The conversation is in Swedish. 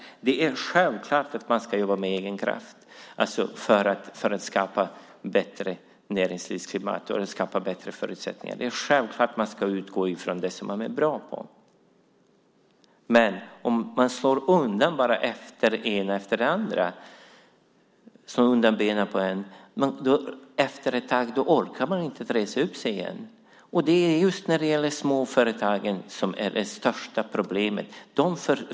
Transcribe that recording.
Det är självklart att man ska jobba med egen kraft för att skapa ett bättre näringslivsklimat och för att skapa bättre förutsättningar. Det är självklart att man ska utgå från det som man är bra på. Men om benen slås undan hela tiden orkar man efter ett tag inte resa sig igen. Och problemen är störst för småföretagen.